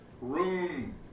room